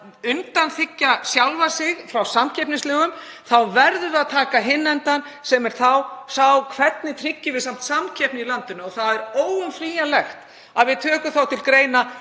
undanþiggja sjálfa sig frá samkeppnislögum þá verðum við að taka hinn endann, sem er hvernig við tryggjum samt samkeppni í landinu. Það er óumflýjanlegt að við tökum til greina